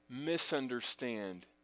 misunderstand